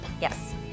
Yes